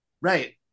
Right